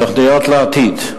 תוכניות לעתיד: